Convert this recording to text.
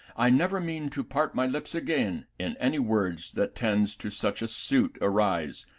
i never mean to part my lips again in any words that tends to such a suit. arise,